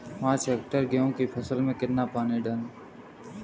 पाँच हेक्टेयर गेहूँ की फसल में कितना पानी डालें?